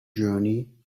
journey